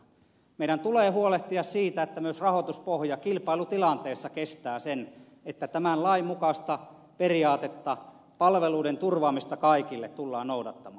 meidän tulee huolehtia siitä että myös rahoituspohja kilpailutilanteessa kestää sen että tämän lain mukaista periaatetta palveluiden turvaamista kaikille tullaan noudattamaan